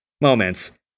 moments